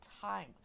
time